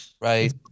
Right